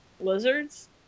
Lizards